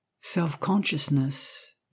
self-consciousness